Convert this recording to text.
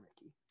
Ricky